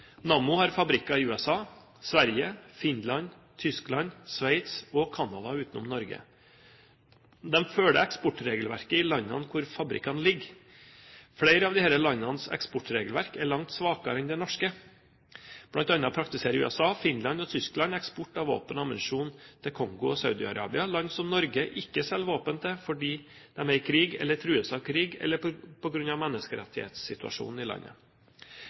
har fabrikker i USA, Sverige, Finland, Tyskland, Sveits og Canada utenom Norge. De følger eksportregelverket i landene hvor fabrikkene ligger. Flere av disse landenes eksportregelverk er langt svakere enn det norske. Blant annet praktiserer USA, Finland og Tyskland eksport av våpen og ammunisjon til Kongo og Saudi-Arabia – land som Norge ikke selger våpen til fordi de er i krig eller trues av krig, eller på grunn av menneskerettighetssituasjonen i landet.